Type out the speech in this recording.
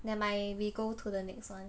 nevermind we go to the next one